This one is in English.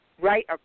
right